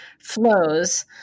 flows